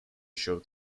show